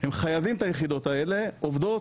הם חייבים את היחידות האלה עובדות.